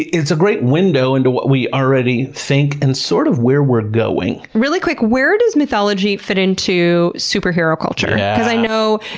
it's a great window into what we already think, and sort of where we're going. really quick where does mythology fit into superhero culture? because i know,